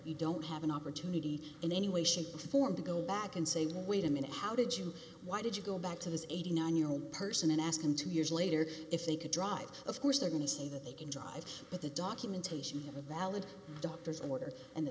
you don't have an opportunity in any way shape or form to go back and say wait a minute how did you why did you go back to this eighty nine year old person and ask him two years later if they could drive of course they're going to see that they can drive with the documentation of a valid doctor's order and the